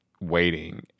waiting